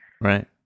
Right